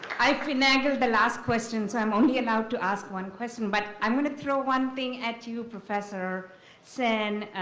i finagled the last question, so i'm only allowed to ask one question. but i'm gonna throw one thing at you professor sen,